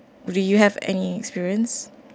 do you have any experience